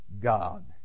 God